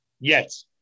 Yes